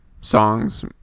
songs